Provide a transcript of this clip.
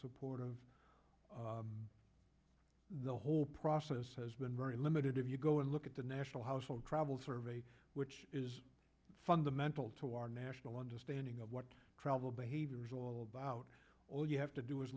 supportive the whole process has been very limited if you go and look at the national household travel survey which is fundamental to our national understanding of what travel behavior is all about all you have to do is